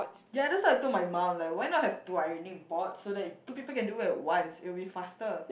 ya that's what I told my mum like why not have two ironing boards so that two people can do it at once it will be faster